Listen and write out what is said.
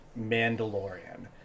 Mandalorian